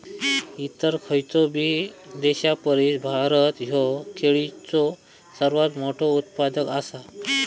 इतर खयचोबी देशापरिस भारत ह्यो केळीचो सर्वात मोठा उत्पादक आसा